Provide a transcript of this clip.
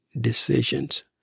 decisions